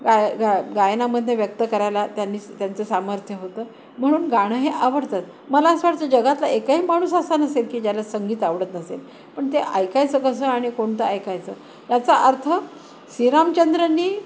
गाय गा गायनामधनं व्यक्त करायला त्यांनी त्यांचं सामर्थ्य होतं म्हणून गाणं हे आवडतं मला असं वाटतं जगातला एकही माणूस असा नसेल की ज्याला संगीत आवडत नसेल पण ते ऐकायचं कसं आणि कोणतं ऐकायचं याचा अर्थ श्रीरामचंद्रनी